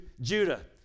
Judah